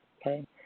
Okay